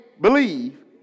believe